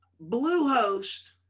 Bluehost